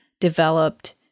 developed